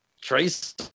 Trace